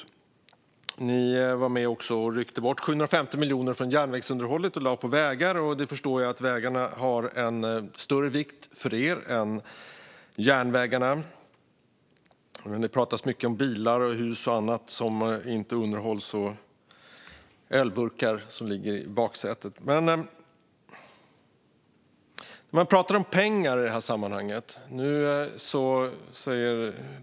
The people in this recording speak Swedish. Sverigedemokraterna var också med och ryckte bort 750 miljoner från järnvägsunderhållet. Pengarna lades i stället på vägar. Jag förstår att vägarna är av större vikt för SD än järnvägarna. Det har pratats mycket om bilar, hus och annat som inte underhålls. Man kan också prata om pengar i det här sammanhanget.